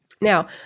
Now